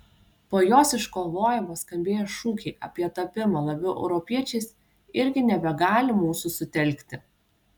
po jos iškovojimo skambėję šūkiai apie tapimą labiau europiečiais irgi nebegali mūsų sutelkti